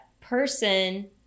person